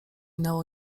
nało